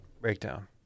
breakdown